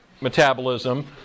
metabolism